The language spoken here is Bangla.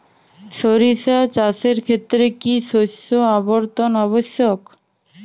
সরিষা চাষের ক্ষেত্রে কি শস্য আবর্তন আবশ্যক?